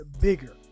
bigger